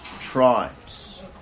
tribes